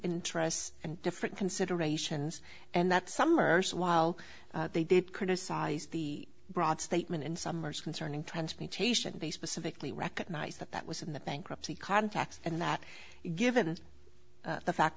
interests and different considerations and that some or so while they did criticize the broad statement in summers concerning transportation they specifically recognized that that was in the bankruptcy context and that given the fact